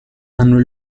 hanno